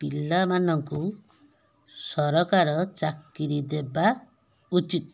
ପିଲାମାନଙ୍କୁ ସରକାର ଚାକିରୀ ଦେବା ଉଚିତ